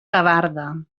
gavarda